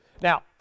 Now